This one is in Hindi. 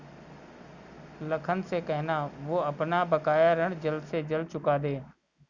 लखन से कहना, वो अपना बकाया ऋण जल्द से जल्द चुका दे